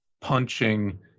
punching